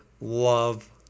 love